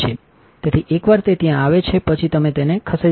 તેથી એકવાર તે ત્યાં આવે પછી તમે તેને ખસેડી શકો છો